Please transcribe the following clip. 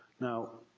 now,